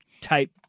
type